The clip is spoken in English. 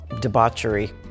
debauchery